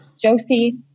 Josie